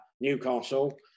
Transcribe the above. Newcastle